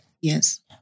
Yes